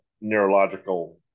neurological